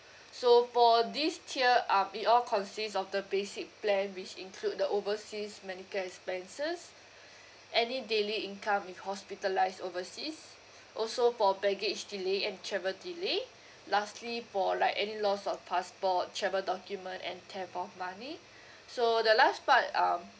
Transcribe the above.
so for these tier um it all consist of the basic plan which include the overseas medical expenses any daily income if hospitalised overseas also for baggage delay and travel delay lastly for like any loss of passport travel document and theft of money so the last part um